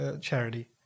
charity